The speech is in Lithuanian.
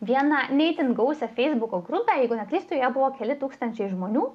vieną ne itin gausią feisbuko grupę jeigu neklystu jie buvo keli tūkstančiai žmonių